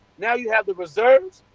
now you have the reserves,